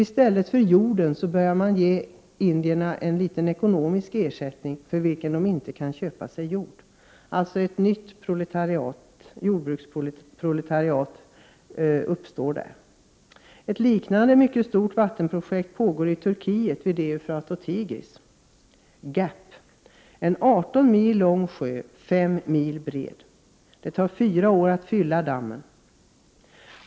I stället för jord börjar man ge indierna en liten ekonomisk ersättning, för vilken de inte kan köpa sig ny jord. Ett nytt jordbruksproletariat uppstår. Ett liknande, mycket stort vattenprojekt pågår i Turkiet vid Eufrat och Tigris, GAP. En 18 mil lång sjö, fem mil bred. Det tar fyra år för att fylla dammen.